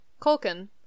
colkin